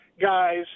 guys